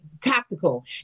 tactical